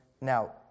Now